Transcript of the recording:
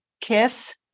kiss